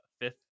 fifth